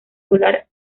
volar